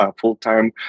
full-time